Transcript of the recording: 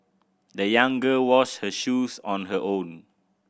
the young girl washed her shoes on her own